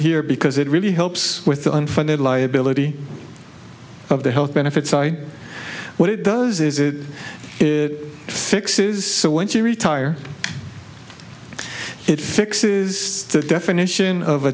here because it really helps with the unfunded liability of the health benefits what it does is it fixes when you retire it fixes the definition of a